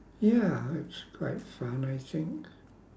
ya it's quite fun I think